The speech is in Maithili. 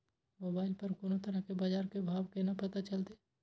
मोबाइल पर कोनो तरह के बाजार के भाव केना पता चलते?